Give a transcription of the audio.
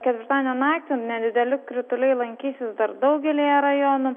ketvirtadienio naktį nedideli krituliai lankysis dar daugelyje rajonų